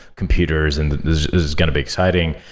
computers, and this is going to be exciting.